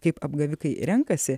kaip apgavikai renkasi